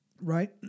Right